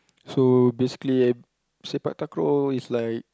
so basically Sepak-Takraw is like